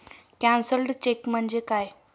Cancelled cheque म्हणजे काय?